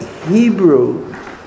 Hebrew